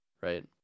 Right